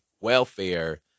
welfare